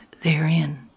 therein